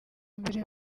mbere